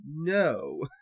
no